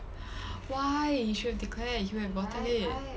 why he should have declare he would have gotten it